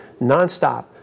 nonstop